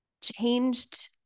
changed